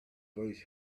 first